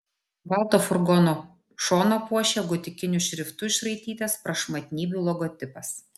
balto furgono šoną puošė gotikiniu šriftu išraitytas prašmatnybių logotipas